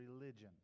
religion